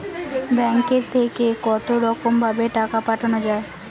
ব্যাঙ্কের থেকে কতরকম ভাবে টাকা পাঠানো য়ায়?